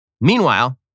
Meanwhile